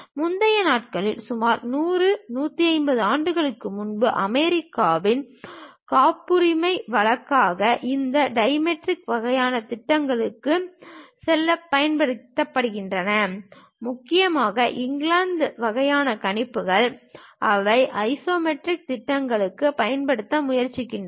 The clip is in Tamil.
முந்தைய நாட்களில் சுமார் 100 150 ஆண்டுகளுக்கு முன்பு அமெரிக்காவில் காப்புரிமை வழக்கமாக இந்த டைமெட்ரிக் வகையான திட்டங்களுடன் செல்லப் பயன்படுகிறது முக்கியமாக இங்கிலாந்து வகையான கணிப்புகள் அவை ஐசோமெட்ரிக் திட்டங்களுக்கு பயன்படுத்த முயற்சிக்கின்றன